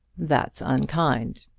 that's unkind.